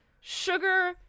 sugar